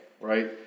right